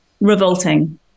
revolting